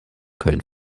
köln